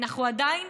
אנחנו עדיין,